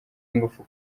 ingufu